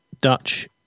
Dutch